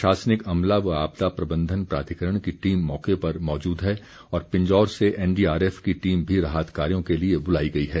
प्रशासनिक अमला व आपदा प्रबंधन प्राधिकरण की टीम मौके पर मौजूद है और पिंजौर से एनडीआरएफ की टीम भी राहत कार्यो के लिए बुलाई गई है